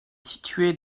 située